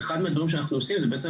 אחד הדברים שאנחנו בעצם עושים זה בעצם